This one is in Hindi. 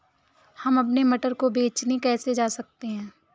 हम अपने मटर को बेचने कैसे जा सकते हैं?